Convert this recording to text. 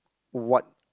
what